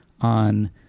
on